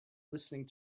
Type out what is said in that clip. listening